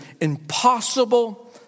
impossible